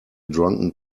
drunken